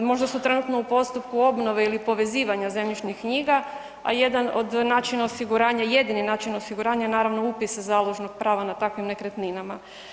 Možda su trenutno u postupku obnove ili povezivanja zemljišnih knjiga, a jedan od načina osiguranja, jedini način osiguranja je naravno upis založnog prava nad takvim nekretninama.